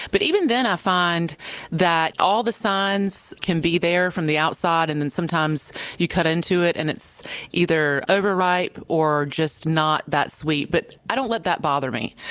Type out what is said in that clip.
but even then, i find that all the signs can be there from the outside, and then sometimes you cut into it and it's either overripe or just not that sweet. but i i don't let that bother me.